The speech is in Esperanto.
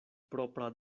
propra